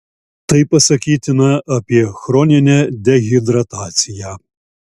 tai pasakytina apie chroninę dehidrataciją